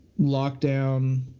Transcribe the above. lockdown